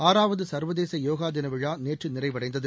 ஆறாவது சர்வதேச யோகா தின விழா நேற்று நிறைவடைந்தது